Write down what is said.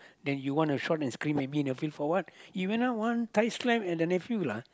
then you wanna shout and scream at me in the field for what he went down one tight slap at the nephew lah